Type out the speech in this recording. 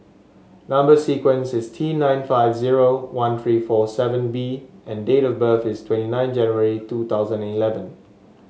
number sequence is T nine five zero one three four seven B and date of birth is twenty nine January two thousand and eleven